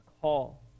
call